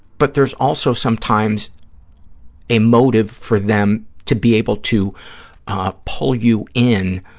but there's also sometimes a motive for them to be able to pull you in